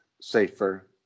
safer